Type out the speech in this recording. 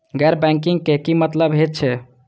गैर बैंकिंग के की मतलब हे छे?